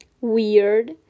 weird